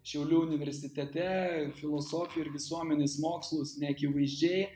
šiaulių universitete filosofiją ir visuomenės mokslus neakivaizdžiai